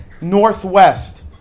Northwest